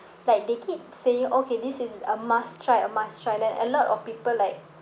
like they keep saying okay this is a must-try a must-try then a lot of people like